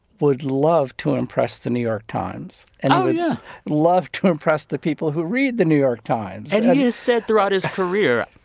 would love to impress the new york times and he would yeah love to impress the people who read the new york times and he has said throughout his career,